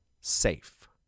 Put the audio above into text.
SAFE